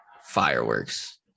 fireworks